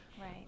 right